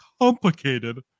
complicated